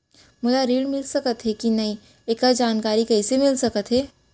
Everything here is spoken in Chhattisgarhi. मोला ऋण मिलिस सकत हे कि नई एखर जानकारी कइसे मिलिस सकत हे?